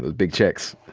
big checks.